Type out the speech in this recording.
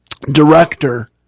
director